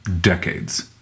decades